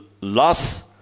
loss